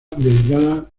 dedicada